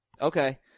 Okay